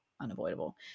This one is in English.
unavoidable